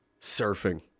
Surfing